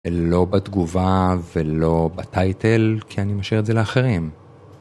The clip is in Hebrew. לא בתגובה ולא בטייטל כי אני משאיר את זה לאחרים.